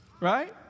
right